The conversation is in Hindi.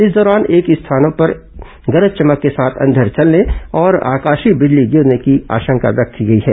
इस दौरान एक दो स्थानों पर गरज चमक के साथ अंधड़ चलने और आकाशीय बिजली गिरने की आशंका व्यक्त की गई है